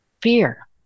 fear